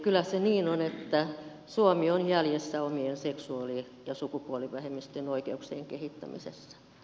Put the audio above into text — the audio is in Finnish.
kyllä se niin on että suomi on jäljessä omien seksuaali ja sukupuolivähemmistöjen oikeuksien kehittämisessä